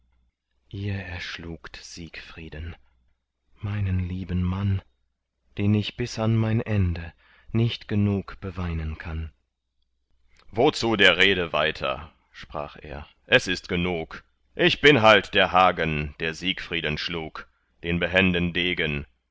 ihr erschlugt siegfrieden meinen lieben mann den ich bis an mein ende nicht genug beweinen kann wozu der rede weiter sprach er es ist genug ich bin halt der hagen der siegfrieden schlug den behenden degen